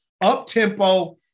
up-tempo